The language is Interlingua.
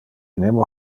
nemo